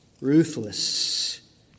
ruthless